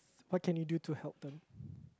what can you do to help them